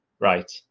Right